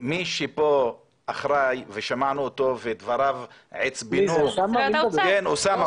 מי שכאן אחראי ושמענו אותו ודבריו עצבנו אותנו